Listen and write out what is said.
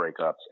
breakups